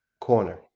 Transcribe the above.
corner